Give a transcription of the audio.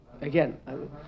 Again